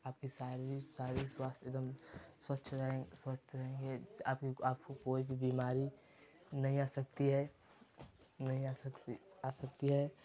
आपकी शारीरिक स्वास्थ्य स्वास्थ्य एकदम स्वच्छ रहेंगे स्वस्थ रहेंगे आपको आपको कोई भी बीमारी नहीं आ सकती है नहीं आ सकती आ सकती है